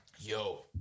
Yo